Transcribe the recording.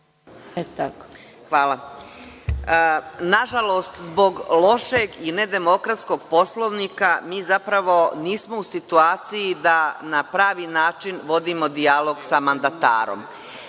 Hvala. Nažalost, zbog lošeg i nedemokratskog Poslovnika mi zapravo nismo u situaciji da na pravi način vodimo dijalog sa mandatarom. Suština